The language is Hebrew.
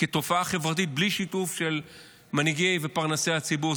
כתופעה חברתית בלי שיתוף של מנהיגים ופרנסי הציבור.